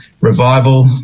revival